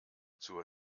zur